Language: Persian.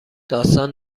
داستان